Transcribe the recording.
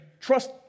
Trust